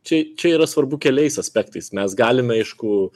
čia čia yra svarbu keliais aspektais mes galime aišku